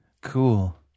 cool